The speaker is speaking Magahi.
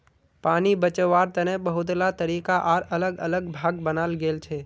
पानी बचवार तने बहुतला तरीका आर अलग अलग भाग बनाल गेल छे